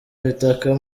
ibitaka